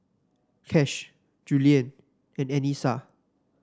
Kash Juliann and Anissa